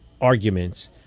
arguments